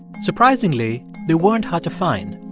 surprisingly, they weren't hard to find.